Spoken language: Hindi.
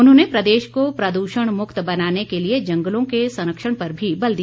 उन्होंने प्रदेश को प्रदूषण मुक्त बनाने के लिए जंगलों के संरक्षण पर भी बल दिया